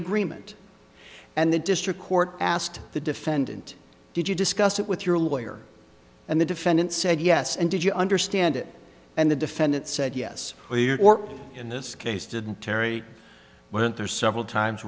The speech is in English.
agreement and the district court asked the defendant did you discuss it with your lawyer and the defendant said yes and did you understand it and the defendant said yes in this case didn't terri went there several times